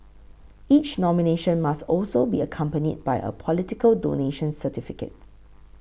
each nomination must also be accompanied by a political donation certificate